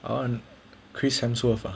the one chris hemsworth ah